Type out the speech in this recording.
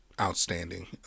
outstanding